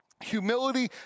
humility